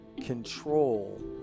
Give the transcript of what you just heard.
control